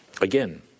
again